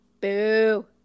Boo